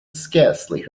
scarcely